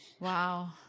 Wow